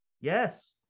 Yes